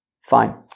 fine